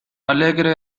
alegre